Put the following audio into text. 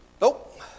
nope